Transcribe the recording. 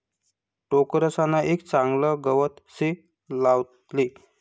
टोकरसान एक चागलं गवत से लावले